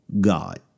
God